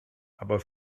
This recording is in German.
aber